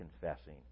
confessing